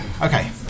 Okay